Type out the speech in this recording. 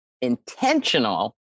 intentional